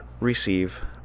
receive